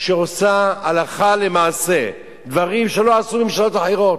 שעושה הלכה למעשה דברים שלא עשו ממשלות אחרות,